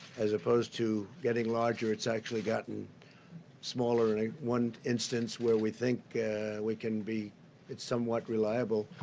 as opposed to getting larger it's actually gotten smaller. in one instance where we think we can be it's somewhat reliable,